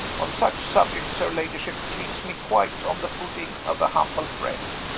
on such subjects, her ladyship treats me quite on the footing of a humble friend.